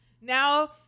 Now